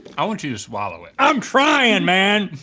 i want you to swallow it. i'm trying, and man!